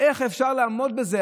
איך אפשר לעמוד בזה?